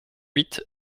huit